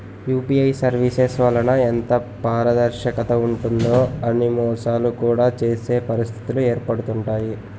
UPI services వలన ఎంత పారదర్శకత ఉంటుందో అని మోసాలు కూడా చేసే పరిస్థితిలు ఏర్పడుతుంటాయి